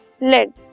lead